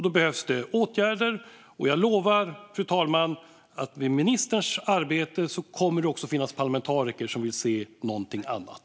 Då behövs åtgärder. Jag lovar, fru talman, att i ministerns arbete kommer det att finnas parlamentariker som vill se någonting annat.